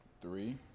three